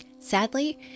Sadly